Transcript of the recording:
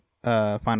Final